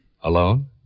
Alone